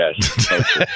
yes